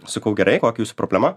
sakau gerai kokia jūsų problema